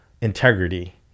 integrity